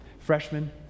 Freshman